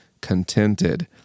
contented